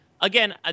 again